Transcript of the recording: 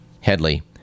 Headley